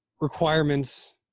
requirements